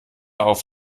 auf